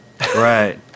Right